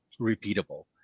repeatable